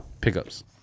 pickups